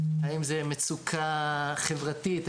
האם זה מצוקה חברתית,